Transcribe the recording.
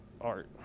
art